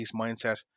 mindset